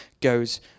goes